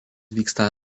vyksta